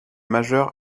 majeur